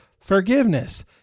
forgiveness